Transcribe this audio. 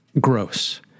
gross